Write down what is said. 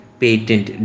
patent